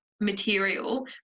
material